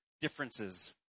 differences